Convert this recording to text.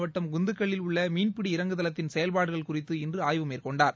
மாவட்டம் குந்துக்கல்லில் உள்ள மீன்பிடி இறங்குதளத்தின் செயல்பாடுகள் குறித்து இன்று ஆய்வு மேற்கொண்டார்